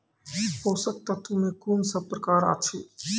पोसक तत्व मे कून सब प्रकार अछि?